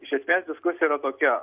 iš esmės diskusija yra tokia